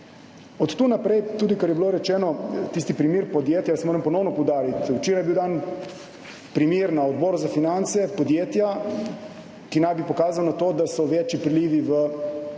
Od tu naprej, tudi kar je bilo rečeno, tisti primer podjetja ... Jaz moram ponovno poudariti – včeraj je bil dan primer podjetja na Odboru za finance, ki naj bi pokazalo na to, da so večji prilivi v proračun